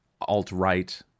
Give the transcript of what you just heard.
alt-right